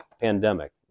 pandemic